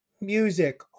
music